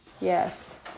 Yes